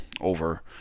over